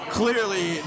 clearly